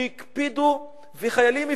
כי הקפידו וחיילים הפנימו.